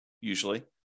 usually